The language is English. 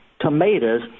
tomatoes